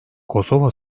kosova